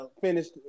finished